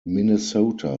minnesota